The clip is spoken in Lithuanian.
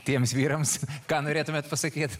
tiems vyrams ką norėtumėt pasakyt